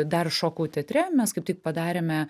dar šokau teatre mes kaip tik padarėme